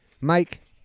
Mike